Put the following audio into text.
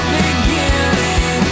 beginning